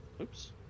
Oops